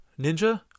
ninja